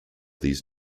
these